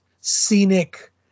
scenic